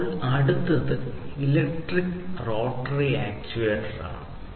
അപ്പോൾ അടുത്തത് electric rotary ആക്യുവേറ്ററാണ്